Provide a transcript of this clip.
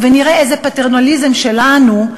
ונראה איזה פטרנליזם שלנו,